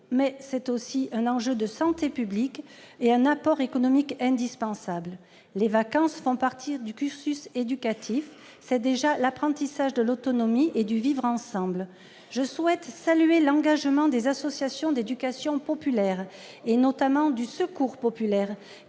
mais c'est aussi un enjeu de santé publique et un apport économique indispensable. Les vacances font partie du cursus éducatif. C'est déjà l'apprentissage de l'autonomie et du vivre ensemble. Je souhaite saluer l'engagement des associations d'éducation populaire, et notamment du Secours populaire,